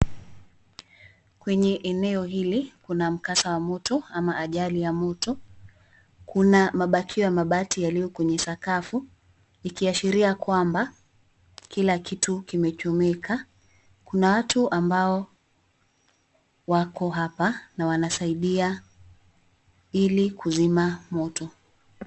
Kwenye eneo hili, kuna mkasa wa mto ama ajali ya moto. Kuna mabakio mabati yaliyo kwenye sakafu, ikiashiria kwamba kila kitu kimechomeka. Kuna watu ambao wako hapa na wanasaidia ili kuzima moto.